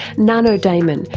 nano daemon,